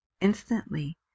instantly